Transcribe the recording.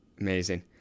Amazing